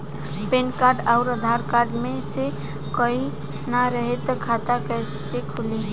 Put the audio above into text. Pan card आउर Aadhaar card मे से कोई ना रहे त खाता कैसे खुली?